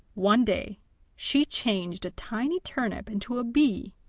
one day she changed a tiny turnip into a bee,